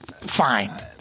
fine